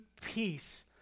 peace